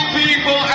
people